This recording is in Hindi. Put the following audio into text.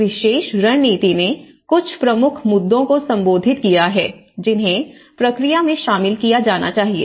इस विशेष रणनीति ने कुछ प्रमुख मुद्दों को संबोधित किया है जिन्हें प्रक्रिया में शामिल किया जाना चाहिए